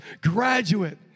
graduate